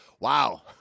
wow